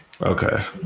Okay